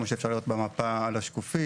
כמו שאפשר לראות במפה על השקופית.